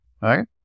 right